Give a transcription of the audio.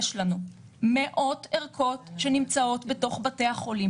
יש לנו מאות ערכות שנמצאות בתוך בתי החולים,